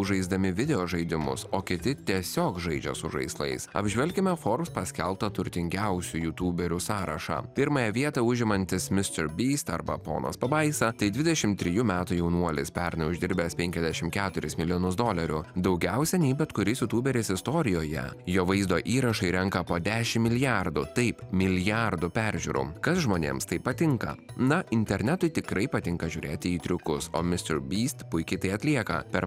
žaisdami video žaidimus o kiti tiesiog žaidžia su žaislais apžvelkime forbes paskelbtą turtingiausių jutuberių sąrašą pirmąją vietą užimantis mister beast arba ponas pabaisa tai dvidešim trijų metų jaunuolis pernai uždirbęs penkiasdešim keturis milijonus dolerių daugiausia nei bet kuris jutuberis istorijoje jo vaizdo įrašai renka po dešim milijardų taip milijardų peržiūrų kas žmonėms taip patinka na internetui tikrai patinka žiūrėti į triukus o mister beast puikiai tai atlieka per